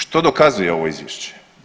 Što dokazuje ovo izvješće?